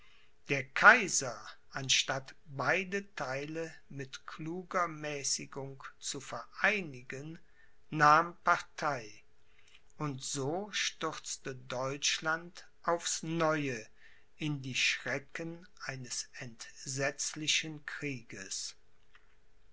der kaiser anstatt beide theile mit kluger mäßigung zu vereinigen nahm partei und so stürzte deutschland aufs neue in die schrecken eines entsetzlichen krieges